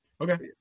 Okay